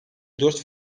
dört